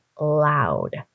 loud